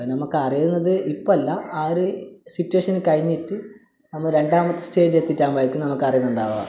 നമുക്ക് അറിയുന്നത് ഇപ്പോൾ അല്ല ആ ഒരു സിറ്റുവേഷൻ കഴിഞ്ഞിട്ട് നമ്മൾ രണ്ടാമത്തെ സ്റ്റേജ് എത്തിയിട്ടാവുമ്പോഴായിരിക്കും നമുക്ക് അറിയുന്നുണ്ടാവുക